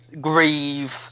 grieve